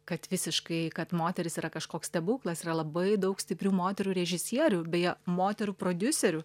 kad visiškai kad moteris yra kažkoks stebuklas yra labai daug stiprių moterų režisierių beje moterų prodiuserių